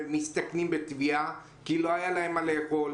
מסתכנים בתביעה כי לא היה להם מה לאכול".